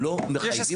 יש הסכמה.